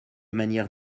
manière